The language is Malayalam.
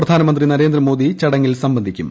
പ്രധാനമന്ത്രി നരേന്ദ്രമോദി ചടങ്ങിൽ സംബന്ധിക്കും